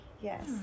Yes